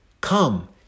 Come